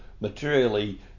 materially